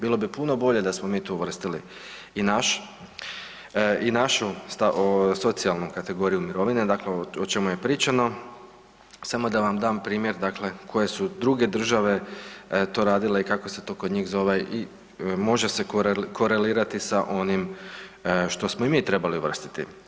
Bilo bi puno bolje da smo mi tu uvrstili i našu socijalnu kategoriju mirovine, dakle o čemu je pričano, samo da vam dam primjer dakle, koji su druge države to radile i kako se to kod njih zove i može se korelirati sa onim što smo i mi trebali uvrstiti.